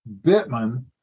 Bittman